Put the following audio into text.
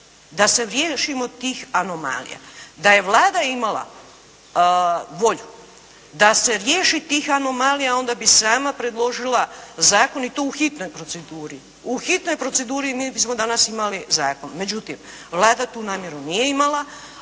da se riješimo tih anomalija. Da je Vlada imala volju da se riješi tih anomalija onda bi sama predložila zakon i to u hitnoj proceduri. U hitnoj proceduri mi bismo danas imali zakon. Međutim, Vlada tu namjeru nije imala,